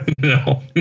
No